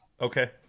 Okay